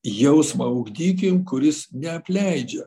jausmą ugdykim kuris neapleidžia